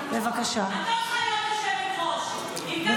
במקום לדבר על מה הוא עשה בתור שר, הוא כל